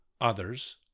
others